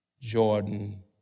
Jordan